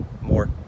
more